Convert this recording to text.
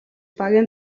багийн